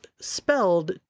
spelled